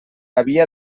havia